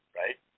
right